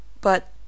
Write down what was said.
but